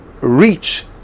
reach